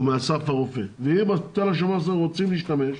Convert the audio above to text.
או מאסף הרופא ואם בתל השומר רוצים להשתמש,